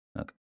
Okay